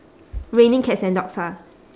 raining cats and dogs ah